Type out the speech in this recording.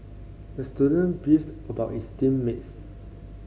the student beefs about his team mates